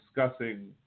discussing